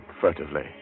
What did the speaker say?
furtively